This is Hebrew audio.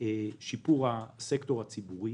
שיפור הסקטור הציבורי.